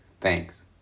Thanks